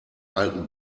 alten